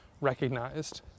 recognized